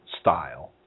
style